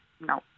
no